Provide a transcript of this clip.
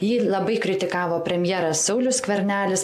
jį labai kritikavo premjeras saulius skvernelis